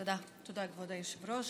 תודה, כבוד היושב-ראש.